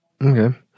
Okay